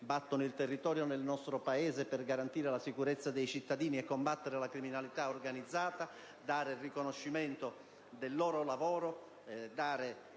battono il territorio del nostro Paese per garantire la sicurezza dei cittadini e combattere la criminalità organizzata, il riconoscimento del loro lavoro,